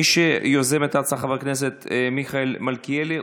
מי שיוזם את ההצעה, חבר הכנסת מיכאל מלכיאלי,